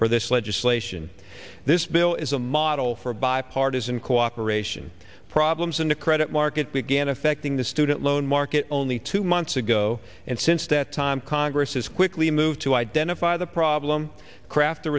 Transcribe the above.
for this legislation this bill is a model for bipartisan cooperation problems in the credit markets began affecting the student loan market only two months ago and since that time congress has quickly moved to identify the problem craft